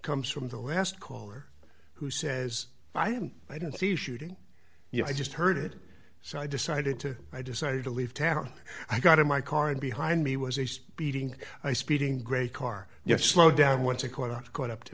comes from the last caller who says i didn't i don't see shooting you i just heard it so i decided to i decided to leave town i got in my car and behind me was a speeding speeding gray car yes slow down once i caught up caught up to